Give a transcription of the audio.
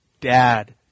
dad